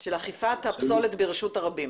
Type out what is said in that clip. של אכיפת הפסולת ברשות הרבים.